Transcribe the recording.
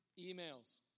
emails